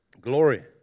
Glory